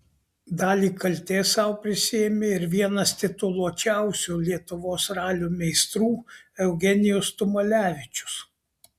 dalį kaltės sau prisiėmė ir vienas tituluočiausių lietuvos ralio meistrų eugenijus tumalevičius